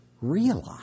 realize